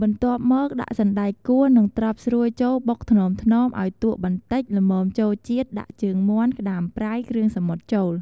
បន្ទាប់មក ដាក់សណ្ដែកកួរនិងត្រប់ស្រួយចូលបុកថ្នមៗឲ្យទក់បន្តិចល្មមចូលជាតិដាក់ជើងមាន់ ក្ដាមប្រៃ គ្រឿងសមុទ្រចូល។